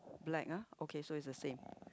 black ah okay so it's the same